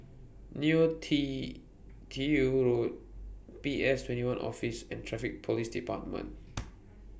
Neo T Tiew Road P S twenty one Office and Traffic Police department